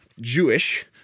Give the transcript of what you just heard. Jewish